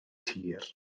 tir